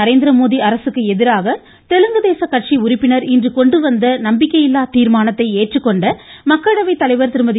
நரேந்திரமோடி அரசுக்கு எதிராக தெலுங்கு தேச கட்சி உறுப்பினர் இன்று கொண்டுவந்த நம்பிக்கையிலலா தீர்மானத்தை ஏற்றுக்கொண்ட மக்களவைத் தலைவர் திருமதி